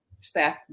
staff